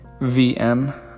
VM